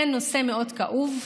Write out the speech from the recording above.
זה נושא מאוד כאוב,